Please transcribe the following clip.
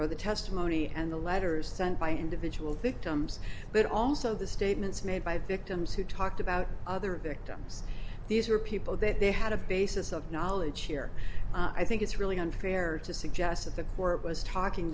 or the testimony and the letters sent by individual victims but also the statements made by victims who talked about other victims these are people that they had a basis of knowledge here i think it's really unfair to suggest that the court was talking